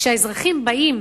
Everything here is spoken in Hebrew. כשהאזרחים באים,